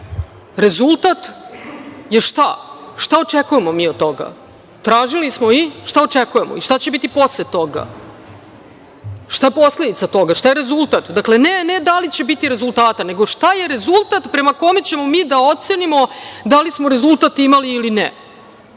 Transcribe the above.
Rezultat je šta? Šta očekujemo mi od toga? Tražili smo i šta očekujemo? Šta će biti posle toga? Šta je posledica toga? Šta je rezultat? Dakle, ne da li će biti rezultata, nego šta je rezultat prema kome ćemo mi da ocenimo da li smo rezultat imali ili ne?